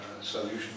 solution